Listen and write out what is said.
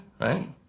right